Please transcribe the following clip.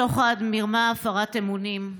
שוחד, מרמה, הפרת אמונים,